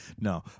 no